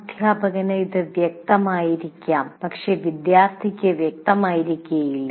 അധ്യാപകന് അത് വ്യക്തമായിരിക്കാം പക്ഷേ വിദ്യാർത്ഥിക്ക് അത്ര വ്യക്തമായിരിക്കില്ല